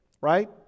right